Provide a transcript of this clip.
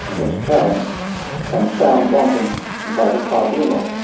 was challenged and found wanting by the tribunal.